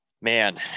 man